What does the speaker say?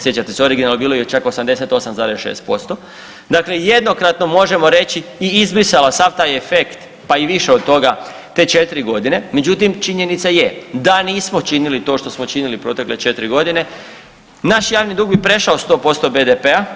Sjećate se originalno je bilo i čak 88,6%, dakle jednokratno možemo reći i izbrisalo sav efekt pa i više od toga, te 4 godine, međutim činjenica je da nismo činili to što smo činili protekle 4 godine naš javni dug bi prešao 100% BDP-a.